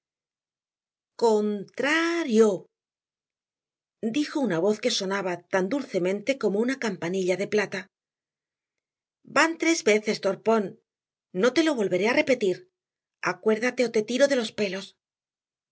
con tra rio dijo una voz que sonaba tan dulcemente como una campanilla de plata van tres veces torpón no te lo volveré a repetir acuérdate o te tiro de los pelos